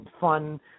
fun